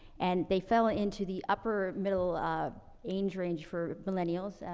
and they fell ah into the upper middle, ah, age range for millennials. ah,